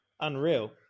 unreal